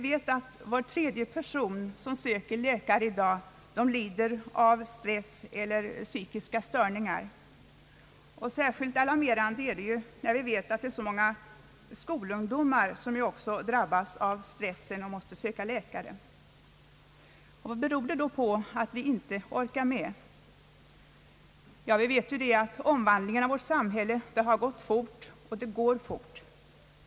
Var tredje person som söker läkare i dag lider av stress eller psykiska störningar. Särskilt alarmerande är det ju att så många skolungdomar drabbas av stressen och måste söka läkare. Vad beror det då på att vi inte orkar med? Omvandlingen av vårt samhälle har gått och går alltjämt fort.